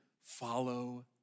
follow